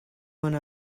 one